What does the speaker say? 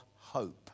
hope